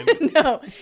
No